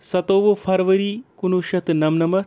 سَتووُہ فرؤری کُنوُہ شٮ۪تھ تہٕ نَمنَمَتھ